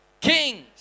Kings